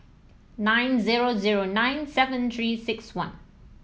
nine zero zero nine seven Three six one